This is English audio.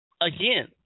again